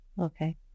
okay